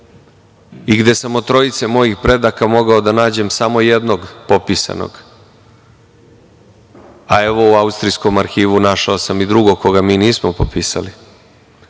i gde sam od trojice mojih predaka mogao da nađem samo jednog popisanog, a u Austrijskom arhivu našao sam i drugog koga mi nismo popisali.